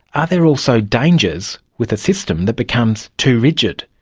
are there also dangers with a system that becomes too rigid?